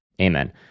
Amen